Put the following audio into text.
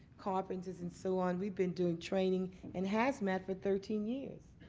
carpenters, and so on. we've been doing training and hazmat for thirteen years.